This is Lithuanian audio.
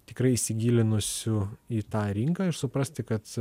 tikrai įsigilinusiu į tą rinką ir suprasti kad